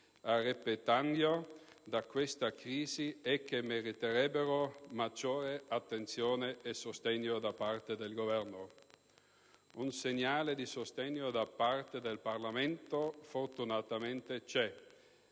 a repentaglio da questa crisi e che meriterebbero maggior attenzione e sostegno da parte del Governo. Un segnale di sostegno da parte del Parlamento fortunatamente c'è.